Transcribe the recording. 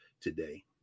today